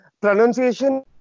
pronunciation